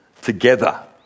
together